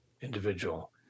individual